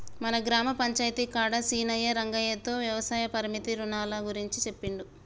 మన గ్రామ పంచాయితీ కాడ సీనయ్యా రంగయ్యతో వ్యవసాయ పరపతి రునాల గురించి సెప్పిండు